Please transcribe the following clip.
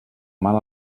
mal